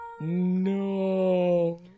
no